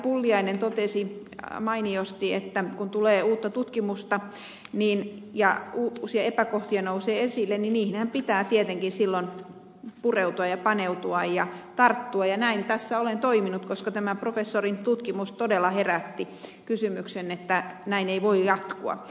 pulliainen totesi mainiosti että kun tulee uutta tutkimusta ja uusia epäkohtia nousee esille niin niihinhän pitää tietenkin silloin pureutua ja paneutua ja tarttua ja näin tässä olen toiminut koska tämä professorin tutkimus todella herätti kysymyksen että näin ei voi jatkua